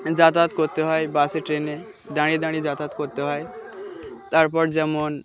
যাতায়াত করোত্তে হয় বাসে ট্রেনে দাঁড়িয়ে দাঁড়িয়ে যাতায়াত করো্তে হয় তারপর যেমন